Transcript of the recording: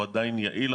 החיסון עדיין יעיל,